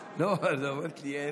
לרשותך.